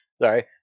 Sorry